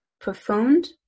profound